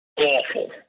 awful